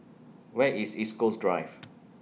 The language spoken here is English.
Where IS East Coast Drive